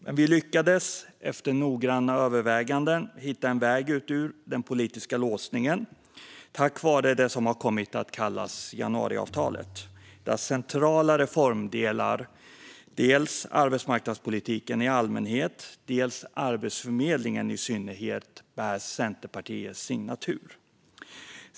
Men vi lyckades efter noggranna överväganden hitta en väg ut ur den politiska låsningen tack vare det som har kommit att kallas januariavtalet, där centrala reformdelar, dels arbetsmarknadspolitiken i allmänhet, dels Arbetsförmedlingen i synnerhet, bär Centerpartiets signatur.